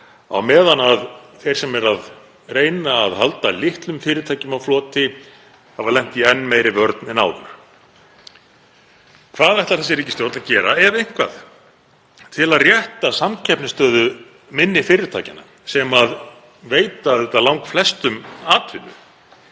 á meðan þeir sem eru að reyna að halda litlum fyrirtækjum á floti hafa lent í enn meiri vörn en áður. Hvað ætlar þessi ríkisstjórn að gera, ef eitthvað, til að rétta samkeppnisstöðu minni fyrirtækjanna sem veita auðvitað langflestum atvinnu?